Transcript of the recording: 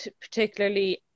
particularly